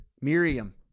Miriam